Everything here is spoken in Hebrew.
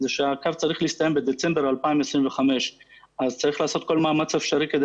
שהקו צריך להסתיים בדצמבר 2025. אז צריך לעשות כל מאמץ אפשרי כדי